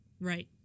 Right